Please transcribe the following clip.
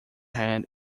hand